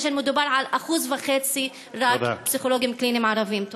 כאשר מדובר רק על 1.5% פסיכולוגים קליניים ערבים.